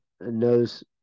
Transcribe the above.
knows